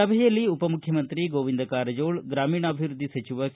ಸಭೆಯಲ್ಲಿ ಉಪಮುಖ್ಯಮಂತ್ರಿ ಗೋವಿಂದ ಕಾರಜೋಳ ಗ್ರಾಮೀಣಾಭಿವೃದ್ಧಿ ಸಚಿವ ಕೆ